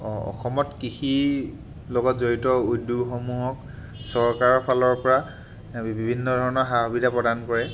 অঁ অসমত কৃষিৰ লগত জড়িত উদ্যোগ সমূহক চৰকাৰৰ ফালৰ পৰা বিভিন্ন ধৰণৰ সা সুবিধা প্ৰদান কৰে